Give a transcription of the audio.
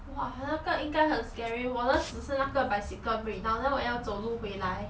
!wah! 那个应该很 scary 我的只是那个 bicycle breakdown then 我要走路回来